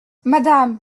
madame